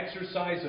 exercise